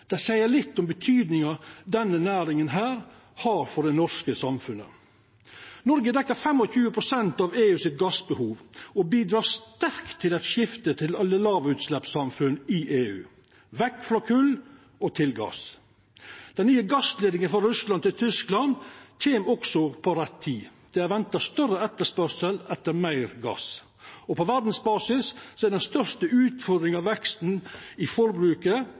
seier litt om kva denne næringa har å seia for det norske samfunnet. Norge dekkjer 25 pst. av EU sitt gassbehov og bidreg sterkt til eit skifte til lågutsleppssamfunn i EU – vekk frå kol og til gass. Den nye gassleidningen frå Russland til Tyskland kjem også til rett tid. Det er venta større etterspørsel etter meir gass. På verdsbasis er den største utfordringa veksten i forbruket